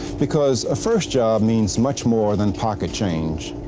because a first job means much more than pocket change.